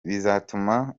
bizatuma